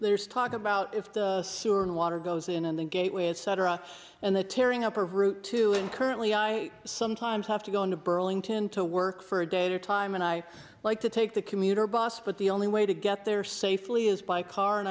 there is talk about if the sewer and water goes in and the gate with cetera and the tearing up of route two in currently i sometimes have to go into burlington to work for a date or time and i like to take the commuter bus but the only way to get there safely is by car and